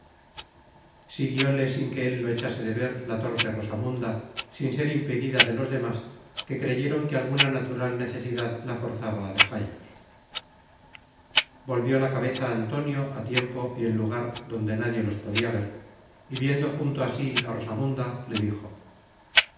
pedernales siguióle sin que él lo echase de ver la torpe rosamunda sin ser impedida de los demas que creyeron que alguna natural necesidad la forzaba a dejallos volvió la cabeza antonio á tiempo y en lugar adonde nadie los podia ver y viendo junto á sí á rosamunda le dijo